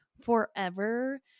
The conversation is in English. forever